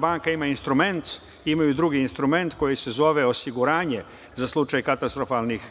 banka ima instrumenti, imaju drugi instrument koji se zove osiguranje za slučaj katastrofalnih